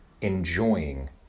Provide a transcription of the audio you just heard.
enjoying